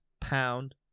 pound